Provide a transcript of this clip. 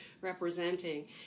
representing